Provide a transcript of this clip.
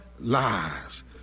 lives